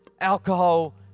alcohol